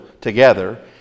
together